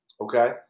Okay